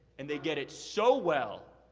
and they get it so well